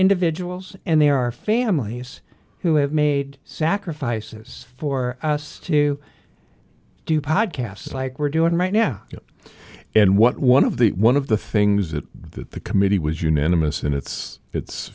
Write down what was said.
individuals and there are families who have made sacrifices for us to do podcasts like we're doing right now and what one of the one of the things that the committee was unanimous in its it